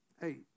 hey